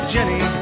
Jenny